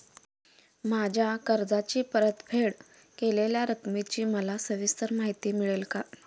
माझ्या कर्जाची परतफेड केलेल्या रकमेची मला सविस्तर माहिती मिळेल का?